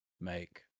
make